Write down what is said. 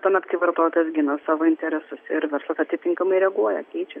tuomet kai vartotojas gina savo interesus ir verslas atitinkamai reaguoja keičiasi